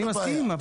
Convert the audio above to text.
אני מסכים.